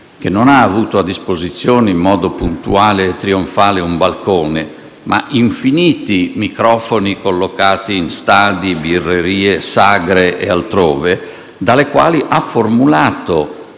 che non ha avuto a disposizione in modo puntuale e trionfale un balcone, ma infiniti microfoni collocati in stadi, birrerie, sagre e altrove, dalle quali ha formulato,